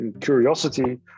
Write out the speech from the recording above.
curiosity